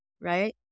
right